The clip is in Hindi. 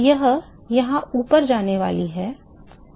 यह यहां ऊपर जाने वाला है